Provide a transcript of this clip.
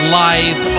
live